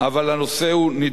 לא 1982,